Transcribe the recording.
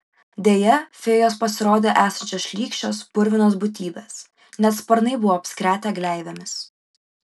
deja fėjos pasirodė esančios šlykščios purvinos būtybės net sparnai buvo apskretę gleivėmis